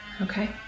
Okay